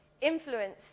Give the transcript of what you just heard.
Influence